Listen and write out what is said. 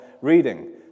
reading